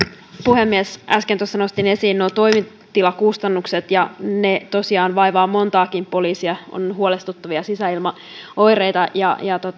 puhemies äsken tuossa nostin esiin nuo toimitilakustannukset ja ne tosiaan vaivaavat montaakin poliisia on huolestuttavia sisäilmaoireita ja ja